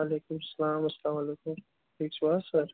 وعلیکُم سَلام السلام علیکُم ٹھیٖک چھُو حظ سَر